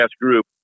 group